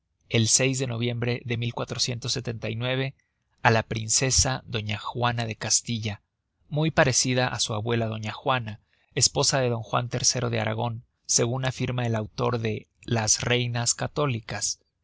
el de noviembre de á la princesa doña juana de castilla muy parecida á su abuela doña juana esposa de d juan iii de aragon segun afirma el autor de las reinas católicas